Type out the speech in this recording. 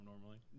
normally